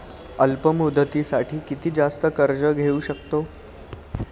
अल्प मुदतीसाठी किती जास्त कर्ज घेऊ शकतो?